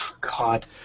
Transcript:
God